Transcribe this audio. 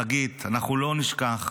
לחגית: אנחנו לא נשכח,